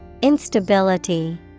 Instability